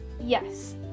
yes